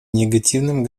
негативным